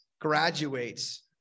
graduates